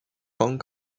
kong